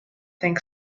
think